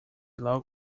low